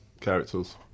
characters